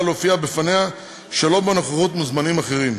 להופיע בפניה שלא בנוכחות מוזמנים אחרים,